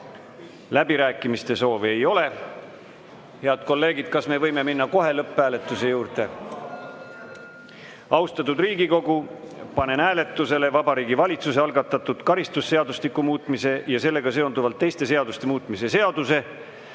Läbirääkimiste soovi ei ole. Head kolleegid, kas me võime minna lõpphääletuse juurde? Austatud Riigikogu, panen hääletusele Vabariigi Valitsuse algatatud karistusseadustiku muutmise ja sellega seonduvalt teiste seaduste muutmise seaduse